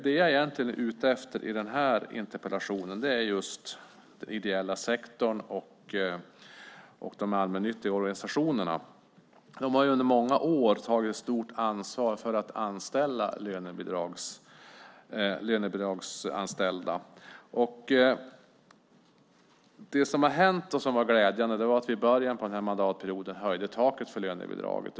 Det jag egentligen är ute efter i den här interpellationen är den ideella sektorn och de allmännyttiga organisationerna. De har under många år tagit ett stort ansvar för att anställa personer med lönebidrag. Det som har hänt och som var glädjande är att vi i början av mandatperioden höjde taket för lönebidraget.